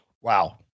Wow